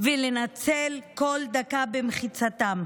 ולנצל כל דקה במחיצתם,